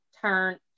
turn